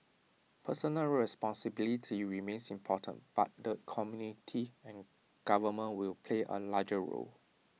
personal responsibility remains important but the community and government will play A larger role